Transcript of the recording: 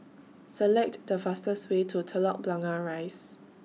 Select The fastest Way to Telok Blangah Rise